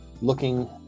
looking